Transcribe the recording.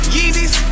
Yeezys